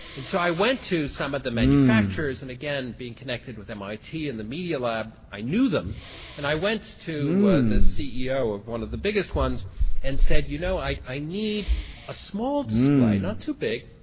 so i went to some of the manufacturers and again being connected with mit and the media lab i knew them and i went to the ceo of one of the biggest ones and said you know i i need a small display, not too big,